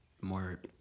More